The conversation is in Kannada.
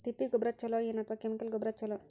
ತಿಪ್ಪಿ ಗೊಬ್ಬರ ಛಲೋ ಏನ್ ಅಥವಾ ಕೆಮಿಕಲ್ ಗೊಬ್ಬರ ಛಲೋ?